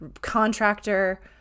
contractor